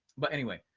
but anyway,